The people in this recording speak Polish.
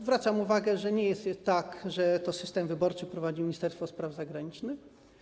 Zwracam uwagę, że nie jest tak, że system wyborczy prowadzi Ministerstwo Spraw Zagranicznych.